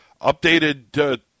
updated